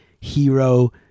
hero